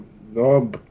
No